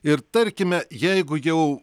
ir tarkime jeigu jau